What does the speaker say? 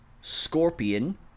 Scorpion